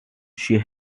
she